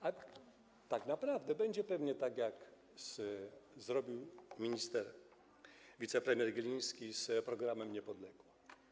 A tak naprawdę będzie pewnie tak, jak zrobił wicepremier Gliński z programem „Niepodległa”